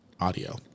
audio